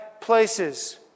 places